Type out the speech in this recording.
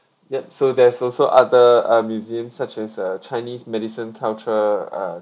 yup so there's also other uh museums such as uh chinese medicine culture uh